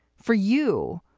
for you.